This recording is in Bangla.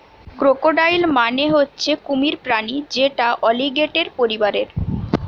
ক্রোকোডাইল মানে হচ্ছে কুমির প্রাণী যেটা অলিগেটের পরিবারের